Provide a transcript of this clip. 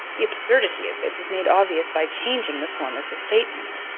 the absurdity of this is made obvious by changing the form of the statement